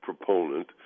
proponent